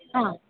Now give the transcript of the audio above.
ह